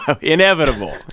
Inevitable